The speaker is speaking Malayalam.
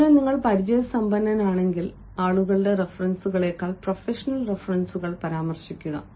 അതിനാൽ നിങ്ങൾ പരിചയസമ്പന്നനാണെങ്കിൽ ആളുകളുടെ റഫറൻസുകളേക്കാൾ പ്രൊഫഷണൽ റഫറൻസുകൾ പരാമർശിക്കുക